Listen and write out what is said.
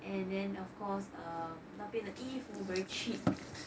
and then of course um 那边的衣服 very cheap